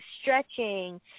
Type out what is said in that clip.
stretching